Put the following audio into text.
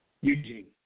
Eugene